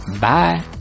Bye